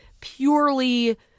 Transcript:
purely